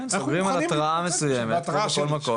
כן, סוגרים על התראה מסוימת כמו בכל מקום וזהו.